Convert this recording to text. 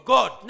God